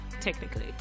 technically